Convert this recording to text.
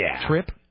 trip